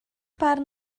barn